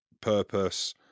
purpose